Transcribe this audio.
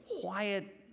quiet